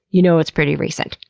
you know it's pretty recent.